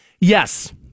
yes